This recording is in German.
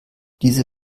diese